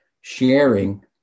sharing